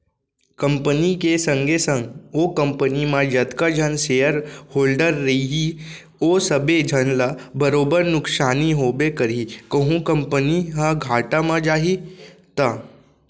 company के संगे संग ओ कंपनी म जतका झन सेयर होल्डर रइही ओ सबे झन ल बरोबर नुकसानी होबे करही कहूं कंपनी ह घाटा म जाही त